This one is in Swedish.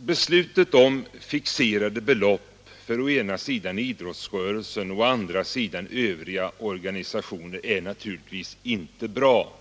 Beslutet om fixerade belopp för å ena sidan idrottsrörelsen och å andra sidan övriga organisationer är naturligtvis inte bra.